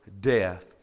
death